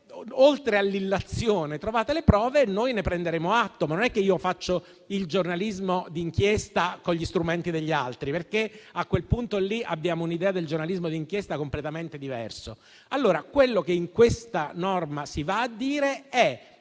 oltre all'azione, trovate le prove e noi ne prenderemo atto; ma non si può fare il giornalismo d'inchiesta con gli strumenti degli altri, perché a quel punto allora abbiamo un'idea di giornalismo d'inchiesta completamente diversa.